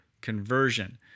conversion